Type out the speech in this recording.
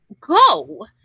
go